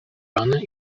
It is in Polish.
rany